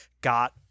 got